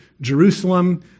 Jerusalem